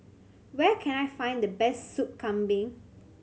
where can I find the best Sup Kambing